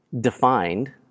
defined